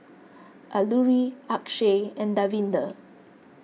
Alluri Akshay and Davinder